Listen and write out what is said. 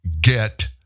get